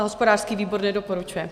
Hospodářský výbor nedoporučuje!